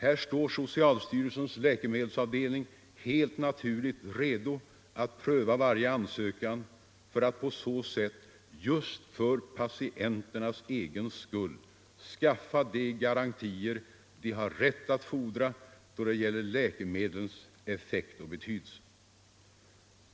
Här står socialstyrelsens läkemedelsavdelning helt naturligt redo att pröva varje ansökan för att på så sätt skaffa patienterna de garantier dessa har rätt att fordra då det gäller läkemedlens effekt och betydelse.